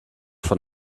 von